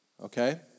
Okay